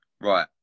Right